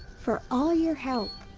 for all your help.